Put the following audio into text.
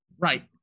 Right